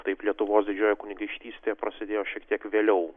taip lietuvos didžiojoje kunigaikštystėje prasidėjo šiek tiek vėliau